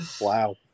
Wow